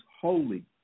holy